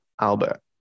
Albert